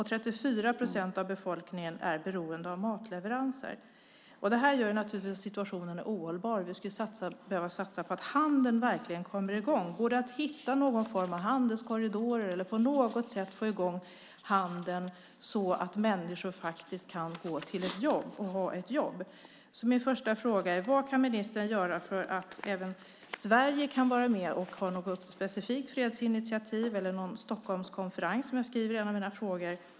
34 procent av befolkningen är beroende av matleveranser. Det här gör naturligtvis att situationen är ohållbar. Vi skulle behöva satsa på att handeln verkligen kommer i gång. Går det att hitta någon form av handelskorridorer eller att på något sätt få i gång handeln så att människor kan ha ett jobb och kan gå till ett jobb? Min första fråga är: Vad kan ministern göra för att även Sverige ska kunna vara med och ta ett specifikt fredsinitiativ till en Stockholmskonferens? Jag skriver om det i en av mina frågor.